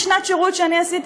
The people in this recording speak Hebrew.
שנת השירות שאני עשיתי,